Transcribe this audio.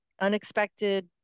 unexpected